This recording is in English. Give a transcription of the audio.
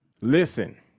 listen